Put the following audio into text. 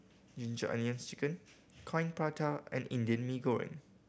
Ginger Onions Chicken Coin Prata and Indian Mee Goreng